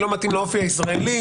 לא מתאים לאופי הישראלי,